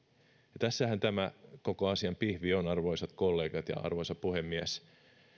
ja tässähän tämä koko asian pihvi on arvoisat kollegat ja arvoisa puhemies